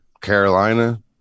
Carolina